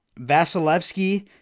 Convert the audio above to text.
Vasilevsky